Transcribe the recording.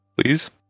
Please